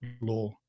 law